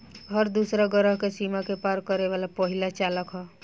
हर दूसरा ग्रह के सीमा के पार करे वाला पहिला चालक ह